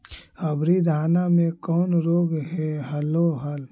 अबरि धाना मे कौन रोग हलो हल?